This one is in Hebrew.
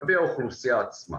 לגבי האוכלוסייה עצמה